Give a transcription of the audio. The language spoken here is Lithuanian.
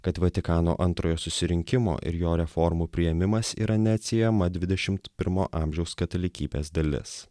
kad vatikano antrojo susirinkimo ir jo reformų priėmimas yra neatsiejama dvidešimt pirmo amžiaus katalikybės dalis